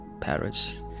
Paris